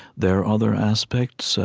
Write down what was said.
there are other aspects.